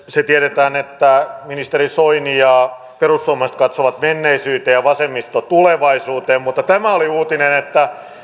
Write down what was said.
se tiedetään että ministeri soini ja perussuomalaiset katsovat menneisyyteen ja vasemmisto tulevaisuuteen mutta tämä oli uutinen että